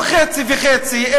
לא חצי וחצי,